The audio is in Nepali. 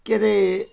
के अरे